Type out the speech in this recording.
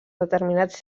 determinats